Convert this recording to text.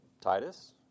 Titus